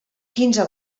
quinze